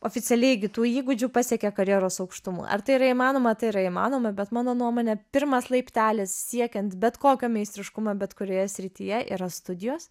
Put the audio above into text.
oficialiai įgytų įgūdžių pasiekia karjeros aukštumų ar tai yra įmanoma tai yra įmanoma bet mano nuomone pirmas laiptelis siekiant bet kokio meistriškumo bet kurioje srityje yra studijos